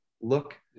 look